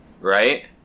right